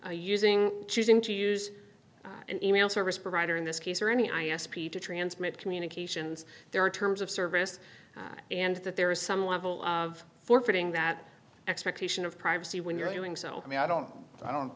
a using choosing to use an email service provider in this case or any i s p to transmit communications there are terms of service and that there is some level of forfeiting that expectation of privacy when you're doing so i mean i don't i don't